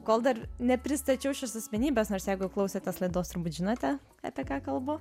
kol dar nepristačiau šios asmenybės nors jeigu klausėtės laidos turbūt žinote apie ką kalbu